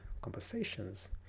conversations